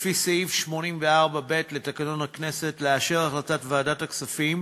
לפי סעיף 84(ב) לתקנון הכנסת לאשר החלטת ועדת הכספים